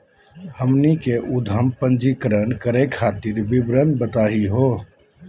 हमनी के उद्यम पंजीकरण करे खातीर विवरण बताही हो?